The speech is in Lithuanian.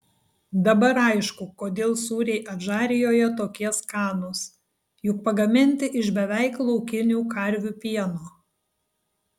dabar aišku kodėl sūriai adžarijoje tokie skanūs juk pagaminti iš beveik laukinių karvių pieno